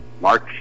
March